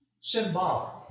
symbolic